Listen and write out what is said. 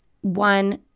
one